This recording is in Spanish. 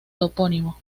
topónimo